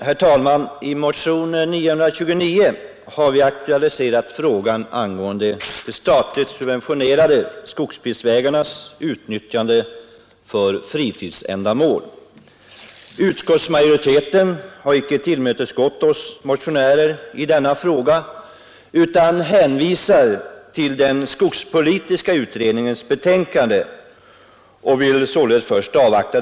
Herr talman! I motionen 929 har vi aktualiserat frågan om de statligt subventionerade skogsbilvägarnas utnyttjande för fritidsändamål. Utskottsmajoriteten har icke tillmötesgått oss motionärer i frågan utan vill avvakta skogspolitiska utredningens betänkande.